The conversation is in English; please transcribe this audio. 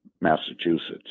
Massachusetts